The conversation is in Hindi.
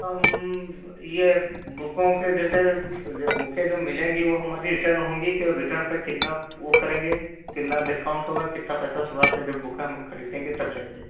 हम ये बुकों के जैसे तो जब बुकें जो मिलेंगी वो हमारी रिटर्न होंगी कि और रिटर्न पे कितना आप वो करेंगे कितना डिस्काउंट होगा कित्ता पैसा शुरुआत में जो बुकें हम खरीदेंगे तब लेंगे